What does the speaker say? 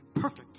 perfect